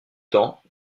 temps